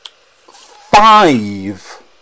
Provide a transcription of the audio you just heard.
five